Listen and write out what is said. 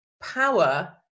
Power